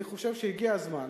אני חושב שהגיע הזמן